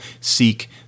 seek